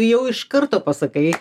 jau iš karto pasakai